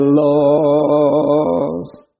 lost